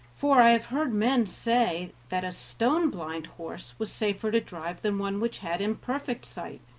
for i have heard men say that a stone-blind horse was safer to drive than one which had imperfect sight,